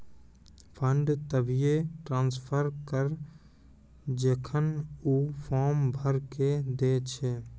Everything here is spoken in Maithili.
फंड तभिये ट्रांसफर करऽ जेखन ऊ फॉर्म भरऽ के दै छै